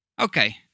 Okay